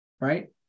right